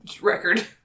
record